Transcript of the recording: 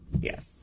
yes